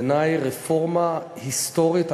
בעיני, רפורמה היסטורית.